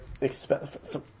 expensive